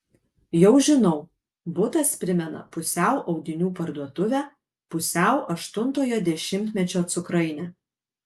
jau žinau butas primena pusiau audinių parduotuvę pusiau aštuntojo dešimtmečio cukrainę